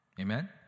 Amen